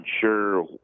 sure